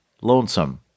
lonesome